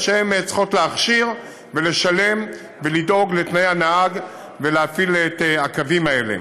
והן צריכות להכשיר ולשלם ולדאוג לתנאי הנהג ולהפעיל את הקווים האלה.